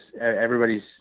everybody's